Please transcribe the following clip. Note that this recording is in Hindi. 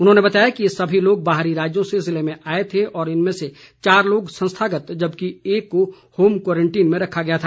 उन्होंने बताया कि ये सभी लोग बाहरी राज्यों से ज़िले में आए थे और इनमें से चार लोग संस्थागत जबकि एक को होम क्वारंटीन में रखा गया था